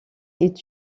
est